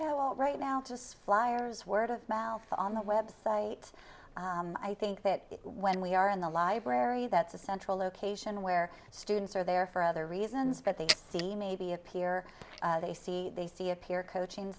right now just flyers word of mouth on the website i think that when we are in the library that's a central location where students are there for other reasons but they see maybe a peer they see they see a peer coaching